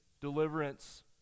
deliverance